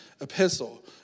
epistle